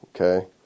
okay